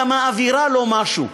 גם האווירה לא משהו,